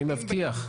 אני מבטיח,